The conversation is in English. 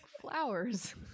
flowers